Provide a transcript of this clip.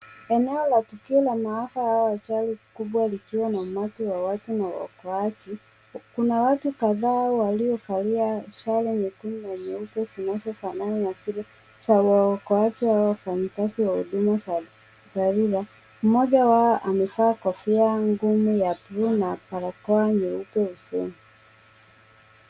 Eneo la tukio la maafa au ajali kubwa likiwa na umati ya watu na waokoaji. Kuna watu kadhaa waliovalia sare nyekundu na nyeupe zinazofanana na zile za waokaji au wafanyikazi wa huduma za dharura. Mmoja wao amevaa kofia ngumu ya blue na barakoa nyeupe usoni.